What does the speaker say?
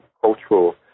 cultural